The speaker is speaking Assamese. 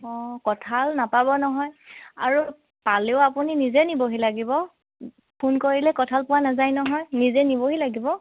অঁ কঁঠাল নাপাব নহয় আৰু পালেও আপুনি নিজে নিবহি লাগিব ফোন কৰিলে কঁঠাল পোৱা নাযায় নহয় নিজে নিবহি লাগিব